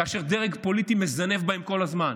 כאשר דרג פוליטי מזנב בהם כל הזמן.